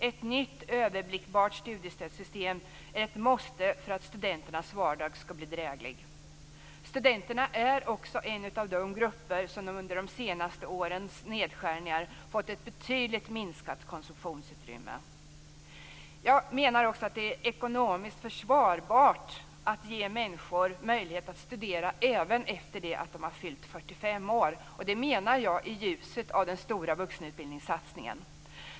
Ett nytt överblickbart studiestödssystem är ett måste för att studenternas vardag skall bli dräglig. Studenterna är också en av de grupper som under de senaste årens nedskärningar fått ett betydligt minskat konsumtionsutrymme. Jag menar också att det är ekonomiskt försvarbart att ge människor möjlighet att studera även efter det att de har fyllt 45 år, och det menar jag i ljuset av den stora vuxenutbildningssatsningen.